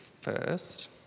first